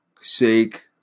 shake